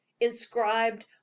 inscribed